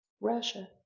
Russia